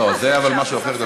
זה משהו אחר.